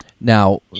Now